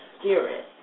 spirit